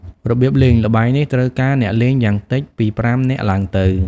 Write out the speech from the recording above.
របៀបលេង ល្បែងនេះត្រូវការអ្នកលេងយ៉ាងតិចពី ៥ នាក់ឡើងទៅ ។